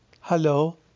Hello